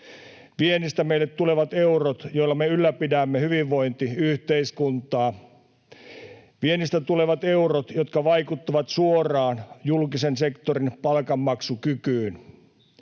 Viennistä meille tulevat eurot, joilla me ylläpidämme hyvinvointiyhteiskuntaa. Viennistä tulevat eurot, jotka vaikuttavat suoraan julkisen sektorin palkanmaksukykyyn.